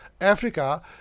Africa